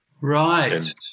Right